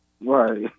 Right